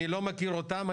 אני לא מכיר אותם,